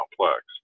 complex